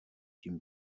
tím